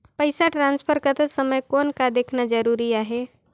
पइसा ट्रांसफर करत समय कौन का देखना ज़रूरी आहे?